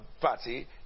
party